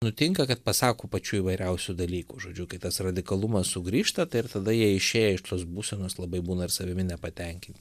nutinka kad pasako pačių įvairiausių dalykų žodžiu kai tas radikalumas sugrįžta tai ir tada jie išėję iš tos būsenos labai būna ir savimi nepatenkinti